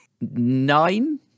nine